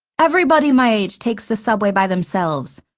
everybody my age takes the subway by themselves!